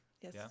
Yes